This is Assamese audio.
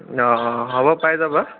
অঁ হ'ব পাই যাবা